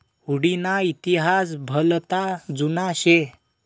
हुडी ना इतिहास भलता जुना शे